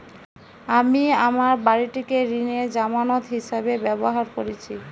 আমি আমার বাড়িটিকে ঋণের জামানত হিসাবে ব্যবহার করেছি